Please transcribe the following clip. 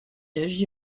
agit